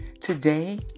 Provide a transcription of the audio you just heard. Today